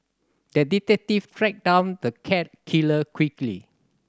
the detective tracked down the cat killer quickly